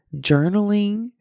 journaling